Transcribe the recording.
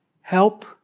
help